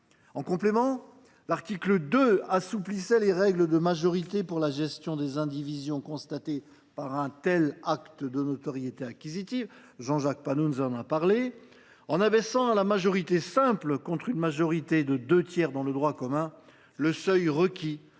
En complément, l’article 2 assouplissait les règles de majorité pour la gestion des indivisions constatées par un acte de notoriété acquisitive, en abaissant à la majorité simple, contre une majorité de deux tiers dans le droit commun, le seuil requis